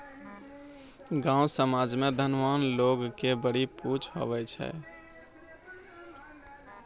गाँव समाज मे धनवान लोग के बड़ी पुछ हुवै छै